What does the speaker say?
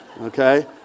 okay